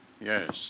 Yes